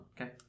Okay